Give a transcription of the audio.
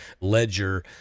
ledger